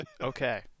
Okay